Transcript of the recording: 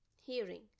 Hearing